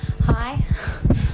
Hi